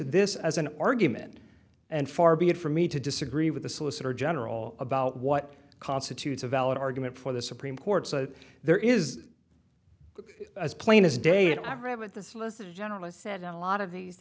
this as an argument and far be it for me to disagree with the solicitor general about what constitutes a valid argument for the supreme court so there is as plain as day and i've read it the solicitor general is said a lot of these